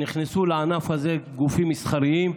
נכנסו לענף הזה גופים מסחריים.